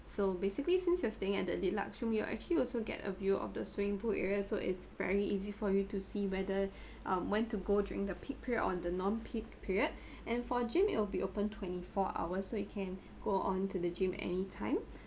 so basically since you're staying at the luxury room you're actually also get a view of the swimming pool area so it's very easy for you to see whether um when to go during the peak period on the non peak period and for gym it will be opened twenty four hours so you can go on to the gym anytime